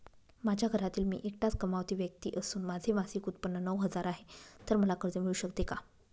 माझ्या घरातील मी एकटाच कमावती व्यक्ती असून माझे मासिक उत्त्पन्न नऊ हजार आहे, तर मला कर्ज मिळू शकते का?